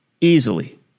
easily